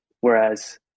whereas